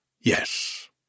Yes